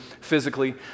physically